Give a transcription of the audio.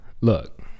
Look